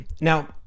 Now